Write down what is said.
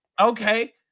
Okay